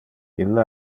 ille